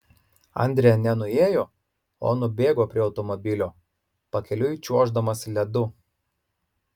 andre ne nuėjo o nubėgo prie automobilio pakeliui čiuoždamas ledu